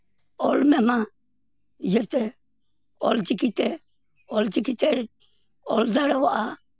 ᱚᱞ ᱢᱮᱱᱟᱜ ᱤᱭᱟᱹᱛᱮ ᱚᱞ ᱪᱤᱠᱤᱛᱮ ᱚᱞ ᱪᱤᱠᱤᱛᱮ ᱚᱞ ᱫᱟᱲᱮᱭᱟᱜᱼᱟ